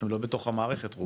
רובם לא בתוך המערכת.